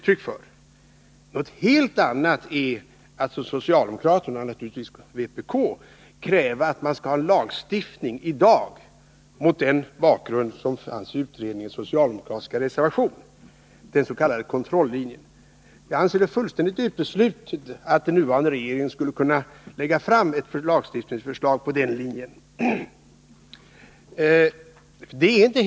Någonting helt annat är att som socialdemokraterna — och naturligtvis kommunisterna — kräva att vi i dag skall ha en lagstiftning mot bakgrund av vad som framhållits i den socialdemokratiska reservationen, dvs. den s.k. kontrollinjen. Jag anser det fullständigt uteslutet att den nuvarande regeringen skall kunna lägga fram ett lagstiftningsförslag på grundval av dessa riktlinjer.